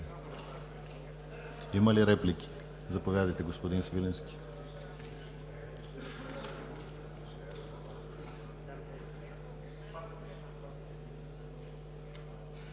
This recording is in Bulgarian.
Има ли реплики? Заповядайте, господин Свиленски.